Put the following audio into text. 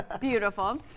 Beautiful